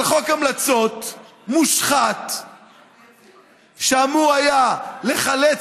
על חוק המלצות מושחת שאמור היה לחלץ